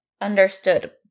Understood